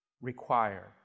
require